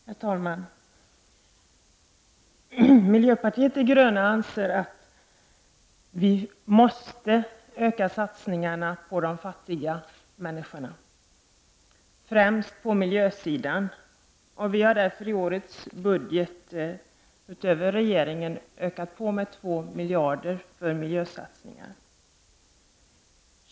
Herr talman! Vi i miljöpartiet de gröna anser att de svenska satsningarna på fattiga människor måste utökas. Det gäller främst på miljösidan. Vi har därför i årets budget begärt 2 miljarder utöver regeringens förslag för miljösatsningar.